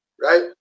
right